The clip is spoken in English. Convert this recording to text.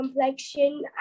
complexion